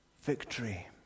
Victory